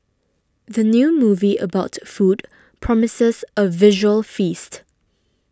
the new movie about food promises a visual feast